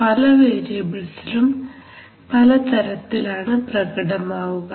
ഇത് പല വേരിയബിൾസിലും പല തരത്തിലാണ് പ്രകടമാവുക